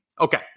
Okay